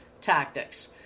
tactics